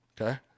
okay